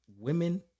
women